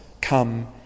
come